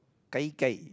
gai-gai